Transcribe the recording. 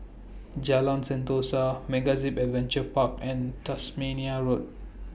Jalan Sentosa MegaZip Adventure Park and Tasmania Road